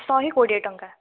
ଶହେ କୋଡ଼ିଏ ଟଙ୍କା